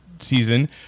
season